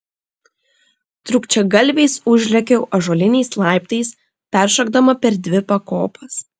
trūkčiagalviais užlėkiau ąžuoliniais laiptais peršokdama per dvi pakopas